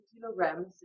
kilograms